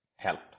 help